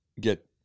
get